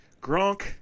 Gronk